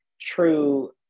true